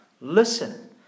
Listen